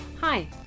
Hi